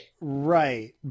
Right